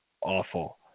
awful